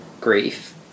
Grief